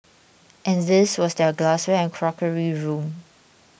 and this was their glassware and crockery room